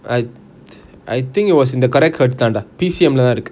I I think it was in the correct hertz தாண்ட லதான் இருக்கு:thaanda lathaan iruku